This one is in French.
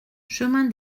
chemin